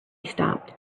stopped